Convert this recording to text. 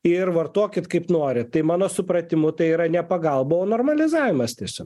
ir vartokit kaip norit tai mano supratimu tai yra ne pagalba o normalizavimas tiesiog